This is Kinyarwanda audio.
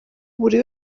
buri